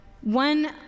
one